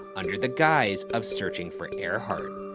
under the guise of searching for earhart.